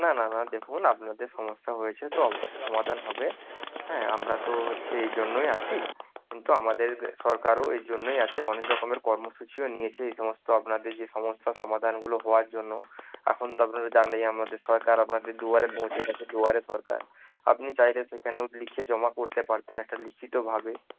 না না না দেখুন আপনাদের সমস্যা হয়েছে তো অবশ্যই সমাধান হবে হ্যাঁ আমরা তো হচ্ছে এই জন্যই আছি কিন্তু আমাদের সরকারও এই জন্যই আছে অনেক রকমের কর্মসূচিও নিয়েছি এই সমস্ত আপনাদের যে সমস্যার সমাধানগুলো হওয়ার জন্য এখন তো আপনারা জানেন যে আমাদের সরকার আপনাদের দুয়ারে পৌঁছে গেছে দুয়ারে সরকার আপনি চাইলে সেখানেও লিখে জমা করতে পারতেন একটা লিখিতভাবে